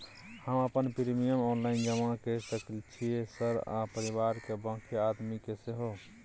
हम अपन premium online जमा के सके छियै सर आ परिवार के बाँकी आदमी के सेहो?